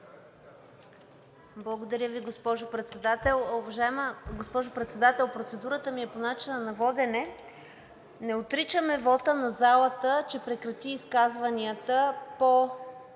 Благодаря Ви, госпожо Председател. Уважаема госпожо Председател, процедурата ми е по начина на водене. Не отричаме вота на залата, че прекрати изказванията по